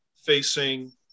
facing